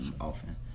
Often